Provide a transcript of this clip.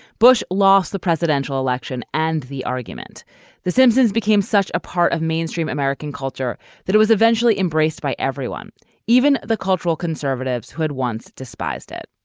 bush lost the presidential election and the argument the simpsons became such a part of mainstream american culture that it was eventually embraced by everyone even the cultural conservatives who had once despised it